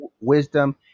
wisdom